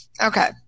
okay